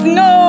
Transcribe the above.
no